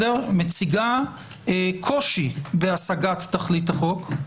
מציגה קושי בהשגת תכלית החוק.